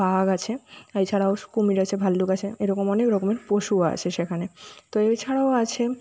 বাঘ আছে এছাড়াও কুমির আছে ভল্লুক আছে এরকম অনেক রকমের পশুও আছে সেখানে তো এছাড়াও আছে